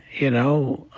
you know,